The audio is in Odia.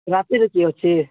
ରାତିରେ କିଏ ଅଛି